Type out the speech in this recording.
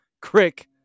Crick